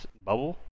bubble